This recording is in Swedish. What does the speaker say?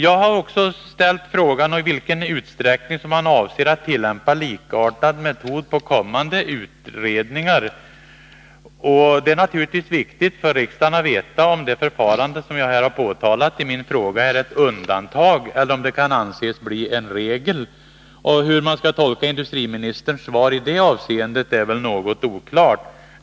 Jag har också frågat i vilken utsträckning man avser att tillämpa likartad metod på kommande utredningar. Det är naturligtvis viktigt för riksdagen att veta om det förfarande som jag här har påtalat i min fråga är ett undantag eller om det kan anses bli en regel. Hur man skall tolka industriministerns svari det avseendet är väl något oklart.